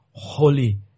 holy